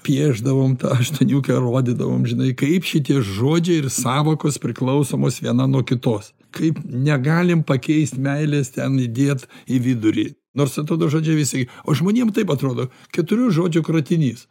piešdavom tą aštuoniukę rodydavom žinai kaip šitie žodžiai ir sąvokos priklausomos viena nuo kitos kaip negalim pakeist meilės ten įdėt į vidurį nors atrodo žodžiai visi o žmonėm taip atrodo keturių žodžių kratinys